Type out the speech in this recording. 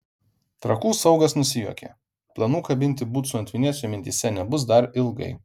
trakų saugas nusijuokė planų kabinti bucų ant vinies jo mintyse nebus dar ilgai